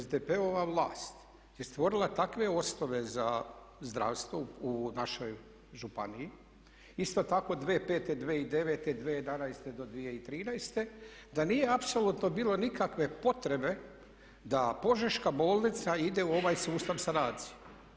SDP-ova vlast je stvorila takve osnove za zdravstvo u našoj županiji, isto tako 2005., 2009., 2011. do 2013. da nije apsolutno bilo nikakve potrebe da Požeška bolnica ide u ovaj sustav sanacije.